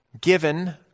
given